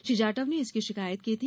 श्री जाटव ने इसकी शिकायत की थी